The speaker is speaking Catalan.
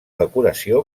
decoració